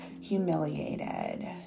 humiliated